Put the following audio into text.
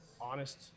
honest